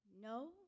No